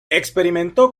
experimentó